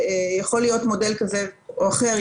יכול להיות מודל כזה או אחר.